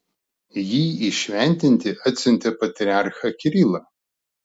jį įšventinti atsiuntė patriarchą kirilą